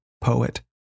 poet